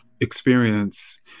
experience